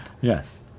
Yes